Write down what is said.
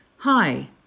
Hi